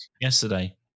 yesterday